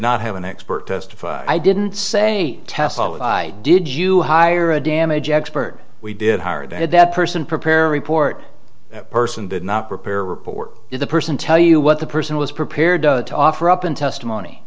not have an expert testify i didn't say test did you hire a damage expert we did hire the head that person prepare report that person did not prepare a report to the person tell you what the person was prepared to offer up in testimony